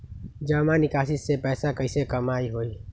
जमा निकासी से पैसा कईसे कमाई होई?